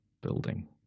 building